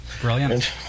Brilliant